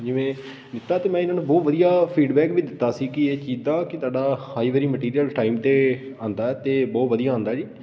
ਜਿਵੇਂ ਦਿੱਤਾ ਅਤੇ ਮੈਂ ਇਹਨਾਂ ਨੂੰ ਬਹੁਤ ਵਧੀਆ ਫੀਡਬੈਕ ਵੀ ਦਿੱਤਾ ਸੀ ਕਿ ਇਹ ਚੀਜ਼ ਦਾ ਕਿ ਤੁਹਾਡਾ ਹਰ ਵਾਰੀ ਮਟੀਰੀਅਲ ਟਾਈਮ 'ਤੇ ਆਉਂਦਾ ਅਤੇ ਬਹੁਤ ਵਧੀਆ ਆਉਂਦਾ ਜੀ